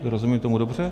Rozumím tomu dobře?